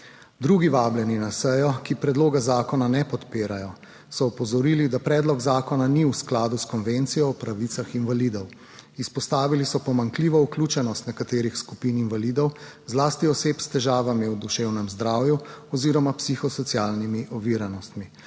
Drugi vabljeni na sejo, ki predloga zakona ne podpirajo, so opozorili, da predlog zakona ni v skladu s Konvencijo o pravicah invalidov, izpostavili so pomanjkljivo vključenost nekaterih skupin invalidov, zlasti oseb s težavami v duševnem zdravju oziroma psihosocialnimi oviranostmi